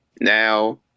now